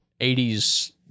80s